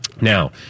Now